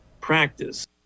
practice